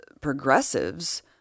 progressives